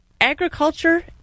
agriculture